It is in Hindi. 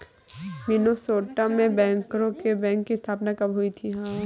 मिनेसोटा में बैंकरों के बैंक की स्थापना कब हुई थी?